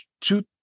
two